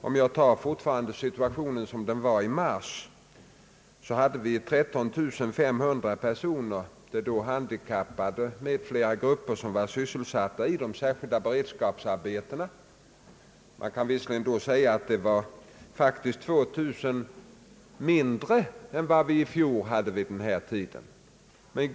Om vi fortfarande ser på den situation som rådde i mars finner vi att 13500 personer — det gäller handikappade med flera grupper — var sysselsatta i de särskilda beredskapsarbetena. Det var faktiskt 2 000 färre än som i fjol sysselsattes vid denna tidpunkt.